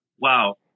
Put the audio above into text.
wow